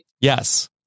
Yes